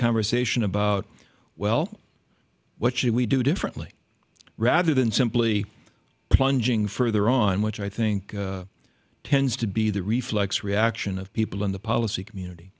conversation about well what should we do differently rather than simply plunging further on which i think tends to be the reflex reaction of people in the policy community